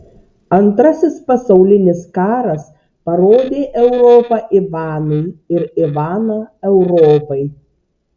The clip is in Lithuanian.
antrasis pasaulinis karas parodė europą ivanui ir ivaną europai